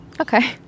Okay